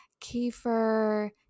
kefir